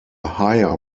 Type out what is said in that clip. higher